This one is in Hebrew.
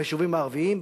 ביישובים הערביים,